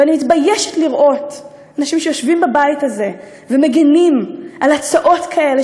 ואני מתביישת לראות אנשים שיושבים בבית הזה ומגינים על הצעות כאלה,